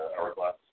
hourglass